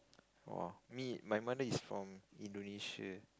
!woah! me my mother is from Indonesia